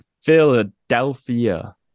Philadelphia